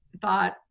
thought